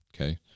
Okay